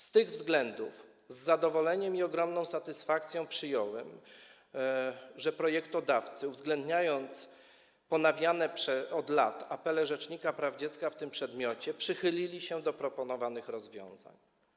Z tych względów z zadowoleniem i ogromną satysfakcją przyjąłem, że projektodawcy, uwzględniając ponawiane od lat apele rzecznika praw dziecka w tym przedmiocie, przychylili się do proponowanych rozwiązań.